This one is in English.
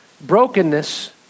Brokenness